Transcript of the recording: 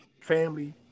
Family